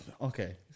Okay